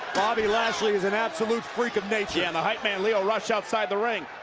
bobby lashley is an absolute freak of nature. and the height man lio rush outside the ring.